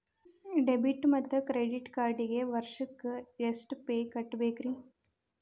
Debit ಮತ್ತು credit ಕಾರ್ಡ್ಗೆ ವರ್ಷಕ್ಕ ಎಷ್ಟ ಫೇ ಕಟ್ಟಬೇಕ್ರಿ?